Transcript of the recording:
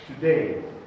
today